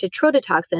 tetrodotoxin